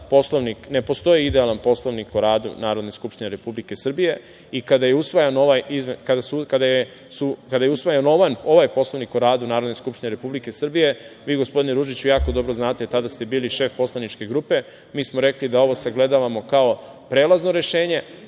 ne postoji idealan Poslovnik o radu Narodne skupštine Republike Srbije. Kada je usvajan ovaj Poslovnik o radu Narodne skupštine Republike Srbije, vi gospodine Ružiću jako dobro znate, tada ste bili šef poslaničke grupe, mi smo rekli da ovo sagledavamo kao prelazno rešenje